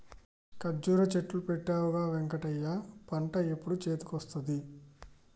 కర్జురా చెట్లు పెట్టవుగా వెంకటయ్య పంట ఎప్పుడు చేతికొస్తది